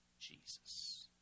Jesus